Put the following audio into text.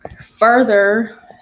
Further